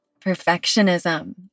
perfectionism